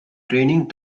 training